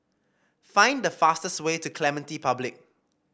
find the fastest way to Clementi Public